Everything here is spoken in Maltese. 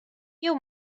jew